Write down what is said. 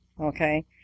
okay